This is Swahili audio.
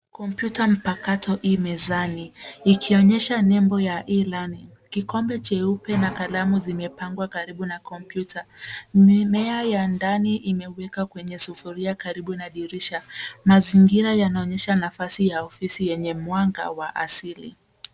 Kompyuta mpakato i mezani ikionyesha nebo ya E-Learning . Kikombe cheupe na kalamu zimepangwa karibu na kompyuta. Mimea ya ndani imewekwa kwenye sufuria karibu na dirisha. Mazingira yanaonyesha nafasi ya ofisi yenye mwanga wa asili.